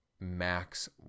max